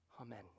Amen